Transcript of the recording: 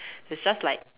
it's just like